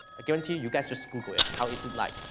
guarantee you guys just school-good, how is it like,